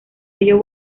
ello